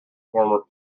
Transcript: former